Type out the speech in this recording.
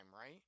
right